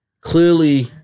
Clearly